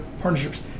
partnerships